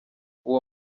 uwo